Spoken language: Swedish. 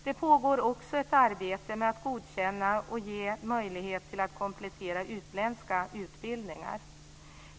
Det pågår också ett arbete med att godkänna och ge möjlighet att komplettera utländska utbildningar.